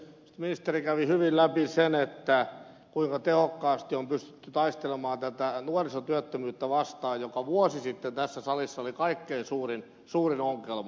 ministeri kävi hyvin läpi sen kuinka tehokkaasti on pystytty taistelemaan tätä nuorisotyöttömyyttä vastaan joka vuosi sitten tässä salissa oli kaikkein suurin ongelma